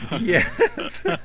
Yes